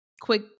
quick